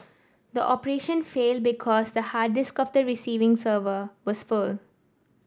the operation failed because the hard disk of the receiving server was full